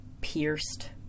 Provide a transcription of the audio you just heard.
pierced